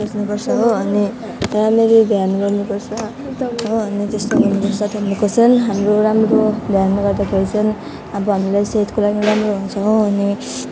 सोच्नु पर्छ हो अनि राम्ररी ध्यान गर्नु पर्छ हो अनि त्यस्तो गर्नु पर्छ त्यहाँदेखि चाहिँ हाम्रो राम्रो ध्यान गर्दाखेरि चाहिँ अब हामीलाई सेहतको लागि राम्रो हुन्छ हो अनि